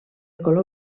color